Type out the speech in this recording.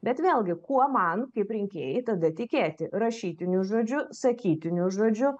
bet vėlgi kuo man kaip rinkėjai tada tikėti rašytiniu žodžiu sakytiniu žodžiu